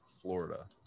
Florida